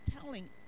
telling